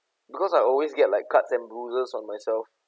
because I always get like cuts and bruises on myself